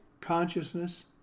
consciousness